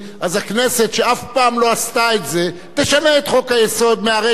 תשנה את חוק-היסוד מהרגע להרגע כדי להתאים אותו למצב הפוליטי.